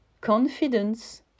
confidence